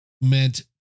meant